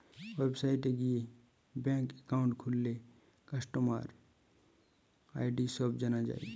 ওয়েবসাইটে গিয়ে bank account খুললে কাস্টমার আই.ডি সব জানা যায়